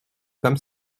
comme